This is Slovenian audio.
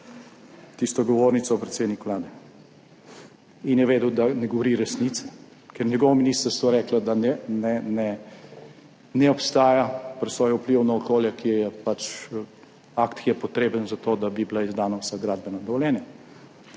tisto govornico predsednik Vlade. In je vedel, da ne govori resnice, ker je njegovo ministrstvo reklo, da ne obstaja presoja vplivov na okolje, ki je akt, ki je potreben za to, da bi bila izdana vsa gradbena dovoljenja